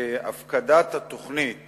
להפקדת התוכנית